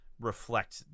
reflect